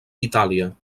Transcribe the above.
itàlia